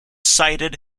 cited